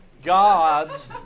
God's